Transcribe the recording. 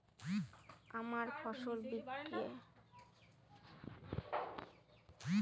আমার ফসল বিক্রির দর আমি কি করে নির্ধারন করব?